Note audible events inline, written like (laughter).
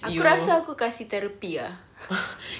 aku rasa aku kasi therapy ah (laughs)